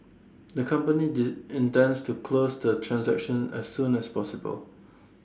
the company intends to close the transaction as soon as possible